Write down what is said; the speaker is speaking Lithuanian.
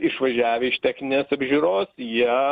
išvažiavę iš techninės apžiūros jie